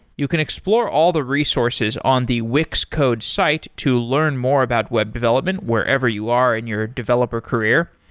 you can explore all the resources on the wix code's site to learn more about web development wherever you are in your developer career.